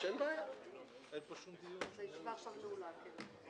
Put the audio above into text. אין הצעה מספר 6 של המחנה הציוני ומרצ לא נתקבלה.